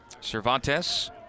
Cervantes